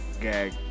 gag